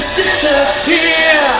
disappear